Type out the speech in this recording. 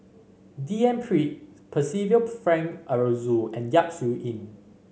D N Pritt Percival Frank Aroozoo and Yap Su Yin